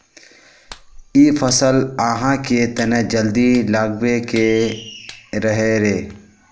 इ फसल आहाँ के तने जल्दी लागबे के रहे रे?